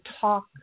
talk